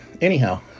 Anyhow